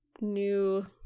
new